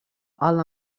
alla